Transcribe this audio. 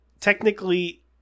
technically